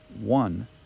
one